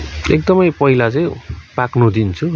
एकदमै पहिला चाहिँ पाक्न दिन्छु है